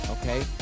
Okay